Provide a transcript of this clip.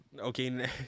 okay